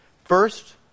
First